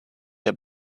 der